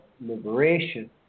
liberation